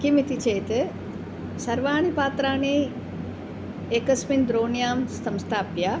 किम् इति चेत् सर्वाणि पात्राणि एकस्मिन् द्रोण्यां संस्थाप्य